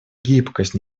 гибкость